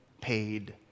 paid